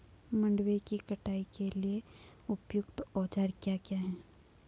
मंडवे की कटाई के लिए उपयुक्त औज़ार क्या क्या हैं?